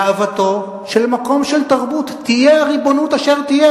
לאהבתו של מקום של תרבות תהיה הריבונות אשר תהיה,